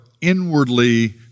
inwardly